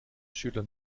schüler